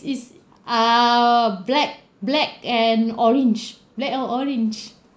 it's err black black and orange black o~ orange